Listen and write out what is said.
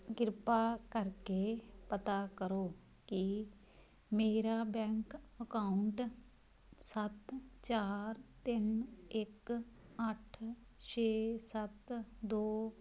ਕਿਰਪਾ ਕਰਕੇ ਪਤਾ ਕਰੋ ਕੀ ਮੇਰਾ ਬੈਂਕ ਅਕਾਊਂਟ ਸੱਤ ਚਾਰ ਤਿੰਨ ਇੱਕ ਅੱਠ ਛੇ ਸੱਤ ਦੋ